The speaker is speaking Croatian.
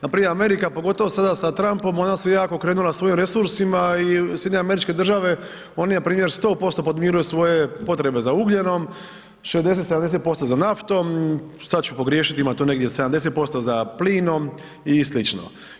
Npr. Amerika pogotovo sada sa Trumpom, ona se jako okrenula svojim resursima i SAD, oni npr. 100% podmiruju svoje potrebe za ugljenom, 60, 70% za naftom, sad ću pogriješiti, imam tu negdje, 70% za plinom i sl.